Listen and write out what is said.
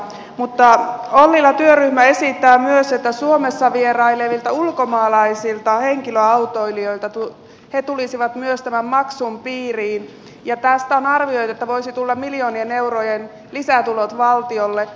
mutta ollilan työryhmä esittää myös että suomessa myös vierailevat ulkomaalaiset henkilöautoilijat tulisivat tämän maksun piiriin ja on arvioitu että tästä voisi tulla miljoonien eurojen lisätulot valtiolle